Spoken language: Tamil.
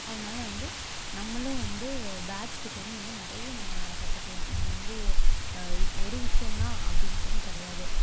அதனால் வந்து நம்மளும் வந்து பேர்ட்ஸ்கிட்டேருந்து வந்து நிறைய நம்ம கற்றுக்கலாம் நம்ம வந்து ஒரு விஷயந்தான் அப்படின்ட்டுன்னு கிடையாது